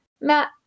Matt